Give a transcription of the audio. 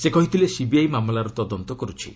ସେ କହିଥିଲେ ସିବିଆଇ ମାମଲାର ତଦନ୍ତ କର୍ତ୍ଥି